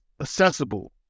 accessible